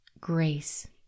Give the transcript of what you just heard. grace